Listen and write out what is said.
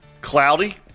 Cloudy